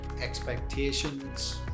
expectations